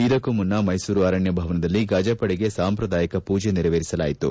ಇದಕ್ಕೂ ಮುನ್ನ ಮೈಸೂರು ಅರಣ್ಣ ಭವನದಲ್ಲಿ ಗಜಪಡೆಗೆ ಸಾಂಪ್ರದಾಯಿಕ ಪೂಜೆ ನೆರವೇರಿಸಲಾಯಿತು